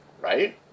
Right